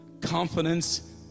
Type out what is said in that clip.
confidence